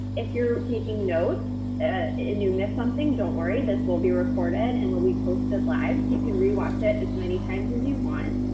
if you're taking notes in new miss something. don't worry, this will be recorded and will be posted live. you can rewatch it as many times as you want.